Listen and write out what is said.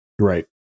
right